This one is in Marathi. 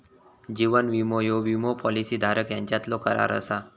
जीवन विमो ह्यो विमो पॉलिसी धारक यांच्यातलो करार असा